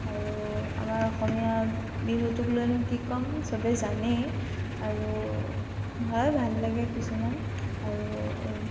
আৰু আমাৰ অসমীয়া বিহুটোক লৈ নো কি কম চবেই জানেই আৰু হয় ভাল লাগে কিছুমান আৰু